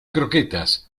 croquetas